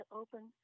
open